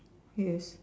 yes